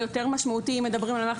ויותר משמעותי מכך אם מדברים על מערכת